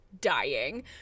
dying